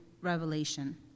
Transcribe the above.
Revelation